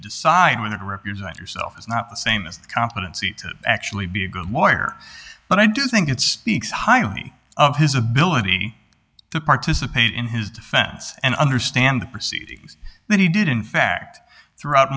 decide whether to represent yourself is not the same as the competency actually be a good lawyer but i do think it's highly of his ability to participate in his defense and understand the proceedings that he did in fact throughout